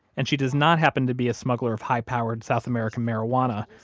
and she does not happen to be a smuggler of high-powered south american marijuana,